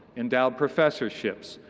endowed professorships,